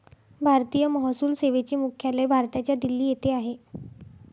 भारतीय महसूल सेवेचे मुख्यालय भारताच्या दिल्ली येथे आहे